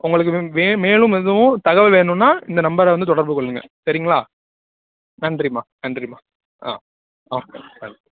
உங்களுக்கு மே மேலும் எதுவும் தகவல் வேணுன்னால் இந்த நம்பரை வந்து தொடர்பு கொள்ளுங்கள் சரிங்களா நன்றிம்மா நன்றிம்மா ஆ ஆ ஓகே